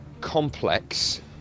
complex